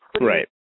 Right